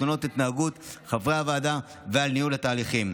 לתלונות על התנהגות חברי הוועדה ועל ניהול התהליכים.